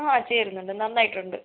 ആ ചേരുന്നുണ്ട് നന്നായിട്ടുണ്ട്